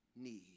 need